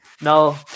No